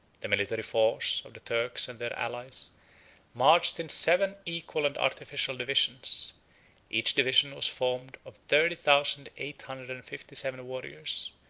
the military force of the turks and their allies marched in seven equal and artificial divisions each division was formed of thirty thousand eight hundred and fifty-seven warriors,